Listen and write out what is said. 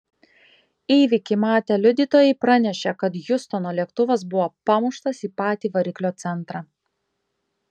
įvykį matę liudytojai pranešė kad hjustono lėktuvas buvo pamuštas į patį variklio centrą